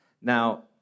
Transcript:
Now